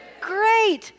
Great